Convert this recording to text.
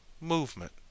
movement